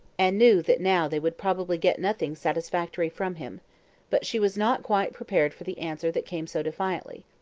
and knew that now they would probably get nothing satisfactory from him but she was not quite prepared for the answer that came so defiantly.